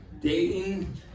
dating